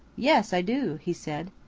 yes, i do, he said.